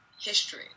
history